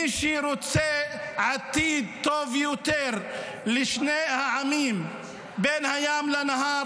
מי שרוצה עתיד טוב יותר לשני העמים שבין הים לנהר,